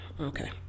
okay